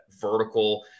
vertical